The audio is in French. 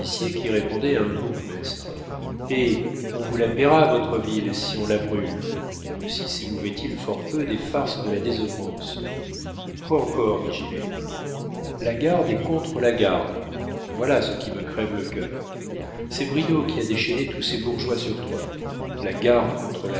qui répondaient à un bourguemestre eh on vous la payera votre ville si on la brûle aussi sémouvait il fort peu des farces de la désœuvrance quoi encore dit gilet la garde est contre la garde voilà ce qui me crève le cœur c'est bridau qui a déchaîné tous ces bourgeois sur toi la garde contre